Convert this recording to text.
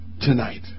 tonight